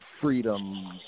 freedom